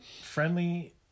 Friendly